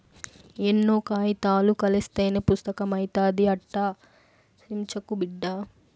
ఎన్నో కాయితాలు కలస్తేనే పుస్తకం అయితాది, అట్టా సించకు బిడ్డా